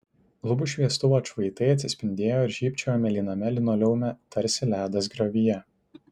lubų šviestuvų atšvaitai atsispindėjo ir žybčiojo mėlyname linoleume tarsi ledas griovyje